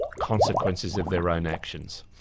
consequences of their own actions.